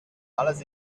alles